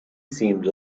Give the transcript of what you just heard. seemed